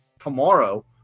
tomorrow